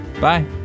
Bye